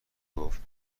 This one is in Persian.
گفت